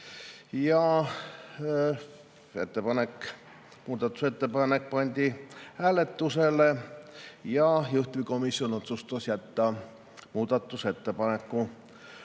Muudatusettepanek pandi hääletusele. Juhtivkomisjon otsustas jätta muudatusettepaneku